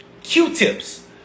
Q-tips